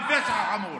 בפשע חמור.